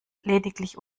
lediglich